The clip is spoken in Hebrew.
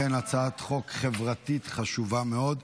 אכן הצעת חוק חברתית חשובה מאוד.